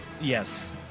Yes